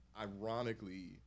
ironically